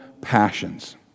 passions